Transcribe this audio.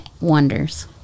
wonders